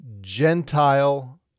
Gentile